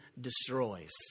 destroys